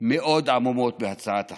מאוד עמומות בהצעת החוק.